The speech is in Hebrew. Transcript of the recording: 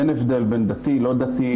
אין הבדל בין דתי או לא דתי,